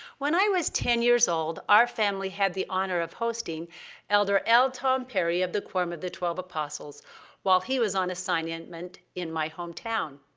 when i was ten years old, our family had the honor of hosting elder l. tom perry of the quorum of the twelve apostles while he was on assignment in my hometown.